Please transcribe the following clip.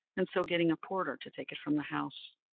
and so getting a porter to take it from the house.